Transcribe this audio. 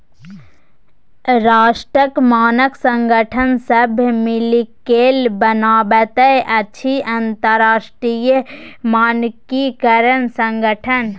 राष्ट्रक मानक संगठन सभ मिलिकए बनाबैत अछि अंतरराष्ट्रीय मानकीकरण संगठन